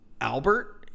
Albert